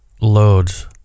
loads